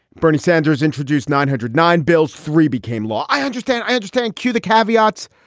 bernie sanders introduced nine hundred nine bills. three became law. i understand. i understand. q the caveats.